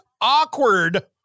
awkward